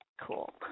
cool